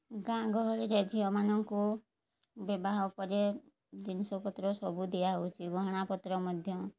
ଗାଁ ଗହଳିରେ ଝିଅମାନଙ୍କୁ ବିବାହ ପରେ ଜିନିଷପତ୍ର ସବୁ ଦିଆହେଉଛି ଗହଣାପତ୍ର ମଧ୍ୟ